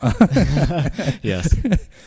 Yes